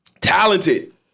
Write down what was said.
Talented